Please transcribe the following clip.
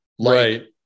Right